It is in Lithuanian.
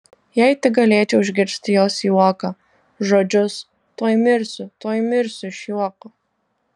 jei tik galėčiau išgirsti jos juoką žodžius tuoj mirsiu tuoj mirsiu iš juoko